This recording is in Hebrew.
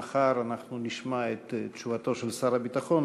מחר אנחנו נשמע את תשובתו של שר הביטחון